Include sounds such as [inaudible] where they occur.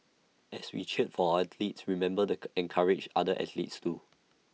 as we cheer for athletes remember the [noise] encourage other athletes too